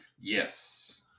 Yes